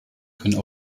können